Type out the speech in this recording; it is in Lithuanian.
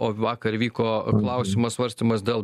o vakar vyko klausimo svarstymas dėl